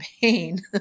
pain